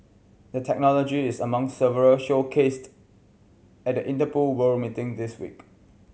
the technology is among several showcased at the Interpol World meeting this week